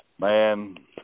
Man